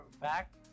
back